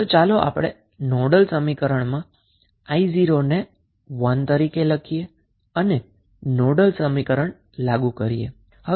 તો ચાલો આપણે નોડલ સમીકરણ લાગુ કરવનો પ્રયત્ન કરીએ જ્યારે 𝑖0 ની વેલ્યુ 1 મુકીએ